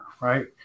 right